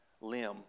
Limb